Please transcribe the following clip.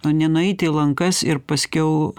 o ne nueiti į lankas ir paskiau